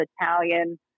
italian